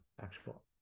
actual